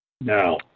Now